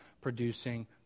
producing